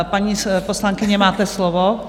Paní poslankyně, máte slovo.